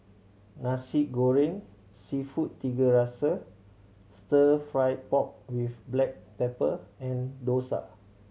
Nasi Goreng Seafood Tiga Rasa Stir Fry pork with black pepper and dosa